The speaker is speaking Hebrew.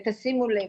תשימו לב,